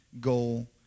goal